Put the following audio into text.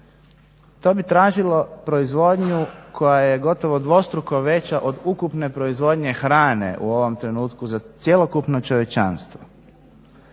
to bi tražilo proizvodnju koja je gotovo dvostruko veća od ukupne proizvodnje hrane u ovom trenutku za cjelokupno čovječanstvo.